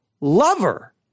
lover